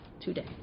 today